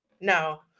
no